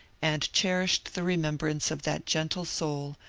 and cherished the remembrance of that gentle soul,